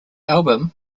album